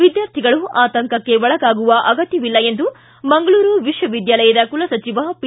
ವಿದ್ಯಾರ್ಥಿಗಳು ಆತಂಕಕ್ಕೆ ಒಳಗಾಗುವ ಅಗತ್ತವಿಲ್ಲ ಎಂದು ಮಂಗಳೂರು ವಿಶ್ವವಿದ್ಯಾಲಯದ ಕುಲಸಚಿವ ಪಿ